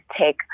take